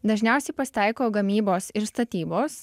dažniausiai pasitaiko gamybos ir statybos